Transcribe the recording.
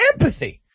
empathy